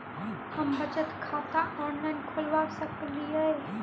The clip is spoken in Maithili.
हम बचत खाता ऑनलाइन खोलबा सकलिये?